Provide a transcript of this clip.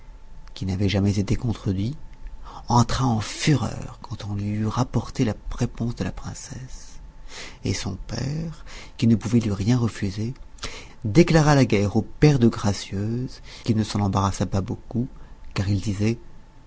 qui n'avait jamais été contredit entra en fureur quand on lui eut rapporté la réponse de la princesse et son père qui ne pouvait lui rien refuser déclara la guerre au père de gracieuse qui ne s'en embarrassa pas beaucoup car il disait